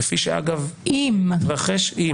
כפי שאגב התרחש --- אם.